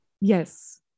Yes